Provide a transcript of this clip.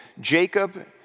Jacob